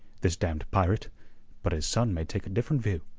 this damned pirate but his son may take a different view.